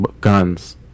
guns